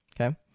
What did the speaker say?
Okay